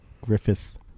Griffith